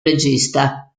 regista